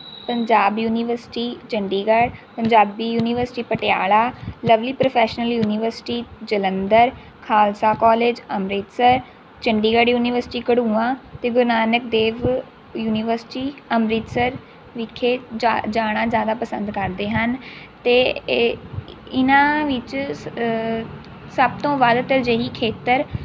Punjab university Chandigarh Punjabi university Patiala lovely professional university Jalandhar Khalsa college Amritsar Chandigarh university Gharuan ਅਤੇ Guru Nanak Dev university Amritsar ਵਿਖੇ ਜਾ ਜਾਣਾ ਜ਼ਿਆਦਾ ਪਸੰਦ ਕਰਦੇ ਹਨ ਅਤੇ ਇਹ ਇਨ੍ਹਾਂ ਵਿੱਚ ਸਭ ਤੋਂ ਵੱਧ ਤਰਜੀਹੀ ਖੇਤਰ